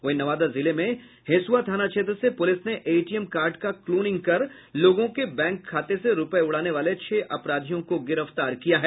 वहीं नवादा जिले में हिसुआ थाना क्षेत्र से पुलिस ने एटीएम कार्ड का क्लोनिंग कर लोगों के बैंक खाते से रूपये उड़ाने वाले छह अपराधियों को गिरफ्तार किया है